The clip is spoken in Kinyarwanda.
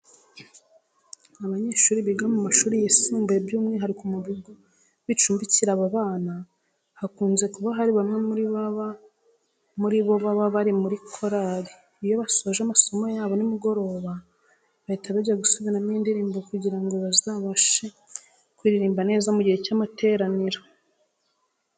Abanyeshuri biga mu mashuri yisumbuye by'umwihariko mu bigo bicumbikira aba bana, hakunze kuba hari bamwe muri bo baba bari muri korari. Iyo basoje amasomo yabo nimugoroba bahita bajya gusubiramo indirimbo kugira ngo bazabashe kuyiririmba neza mu gihe cy'amateraniro.